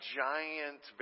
giant